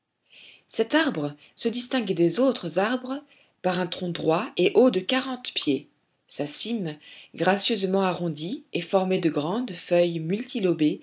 cet arbre se distinguait des autres arbres par un tronc droit et haut de quarante pieds sa cime gracieusement arrondie et formée de grandes feuilles